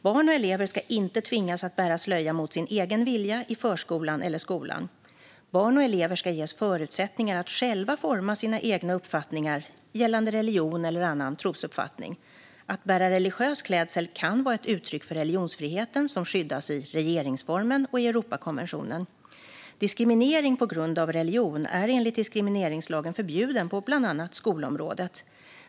Barn och elever ska inte tvingas att bära slöja mot sin egen vilja i förskolan eller skolan. Barn och elever ska ges förutsättningar att själva forma sina egna uppfattningar gällande religion eller annan trosuppfattning. Att bära religiös klädsel kan vara ett uttryck för religionsfriheten, som skyddas i regeringsformen och i Europakonventionen. Diskriminering på grund av religion är enligt diskrimineringslagen förbjuden på bland annat skolområdet.